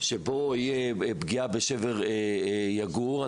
שתהיה פגיעה בשבר יגור.